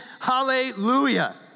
hallelujah